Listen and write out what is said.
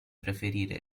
preferire